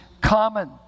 common